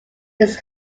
its